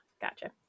gotcha